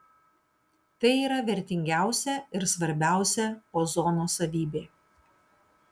tai yra vertingiausia ir svarbiausia ozono savybė